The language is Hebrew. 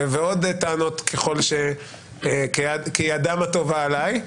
ועוד טענות כידם הטובה עליי.